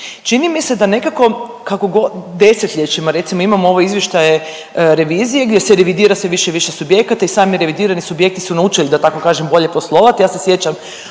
Čini mi se da nekako kako desetljećima recimo imame izvještaje revizije gdje se revidira sve više i više subjekata i sami revidirani subjekti su naučili da tako kažem bolje poslovati. Ja se sjećam